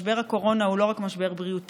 משבר הקורונה הוא לא רק משבר בריאותי,